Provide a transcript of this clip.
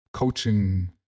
Coaching